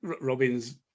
Robin's